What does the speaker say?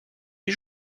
les